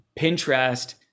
Pinterest